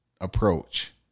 approach